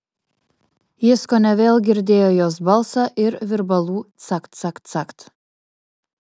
jis kone vėl girdėjo jos balsą ir virbalų cakt cakt cakt